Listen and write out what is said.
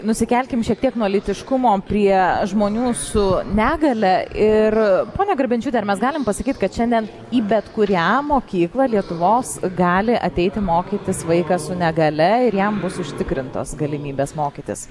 nusikelkim šiek tiek nuo lytiškumo prie žmonių su negalia ir ponia garbenčiūte ar mes galim pasakyt kad šiandien į bet kurią mokyklą lietuvos gali ateiti mokytis vaikas su negalia ir jam bus užtikrintos galimybės mokytis